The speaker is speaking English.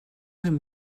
him